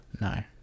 no